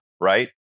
right